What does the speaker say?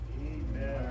Amen